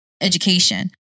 education